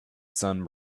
sun